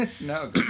No